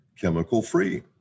chemical-free